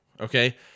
okay